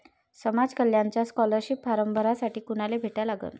समाज कल्याणचा scholarship form भरासाठी कुनाले भेटा लागन?